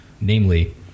Namely